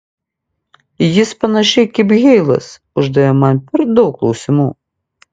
jis panašiai kaip heilas uždavė man per daug klausimų